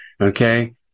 Okay